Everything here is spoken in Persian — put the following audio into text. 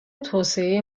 توسعه